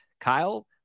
Kyle